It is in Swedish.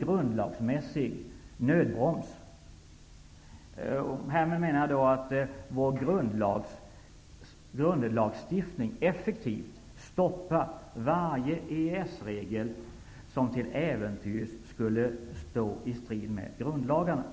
grundlagsmässig nödbroms. Härmed menas att vår grundlagstiftning effektivt stoppar varje EES-regel som till äventyrs skulle stå i strid med grundlagarna.